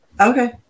Okay